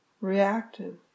reactive